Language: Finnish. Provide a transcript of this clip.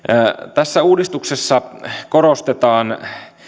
tässä uudistuksessa korostetaan